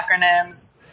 acronyms